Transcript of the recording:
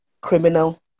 criminal